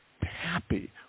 happy